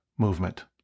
movement